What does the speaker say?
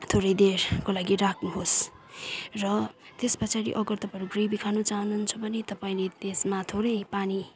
थोरै देरको लागि राख्नुहोस् र त्यसपछाडि अगर तपाईँहरू ग्रेभी खानु चाहनुहुन्छ भने तपाईँले त्यसमा थोरै पानी